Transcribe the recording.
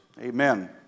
Amen